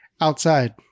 outside